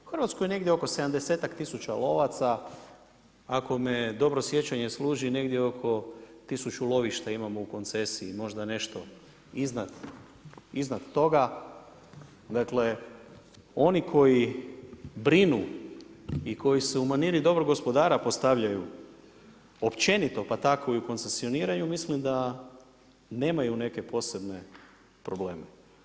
U Hrvatskoj je negdje oko 70-ak tisuća lovaca, ako me dobro sjećanje služi, negdje oko 1000 lovišta imamo u koncesiji, možda nešto iznad toga, dakle oni koji brinu i koji se u maniri dobrog gospodara postavljaju općenito pa tako i u i u koncesioniranju, mislim da nemaju neke posebne probleme.